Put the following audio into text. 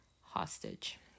hostage